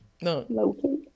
No